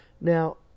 now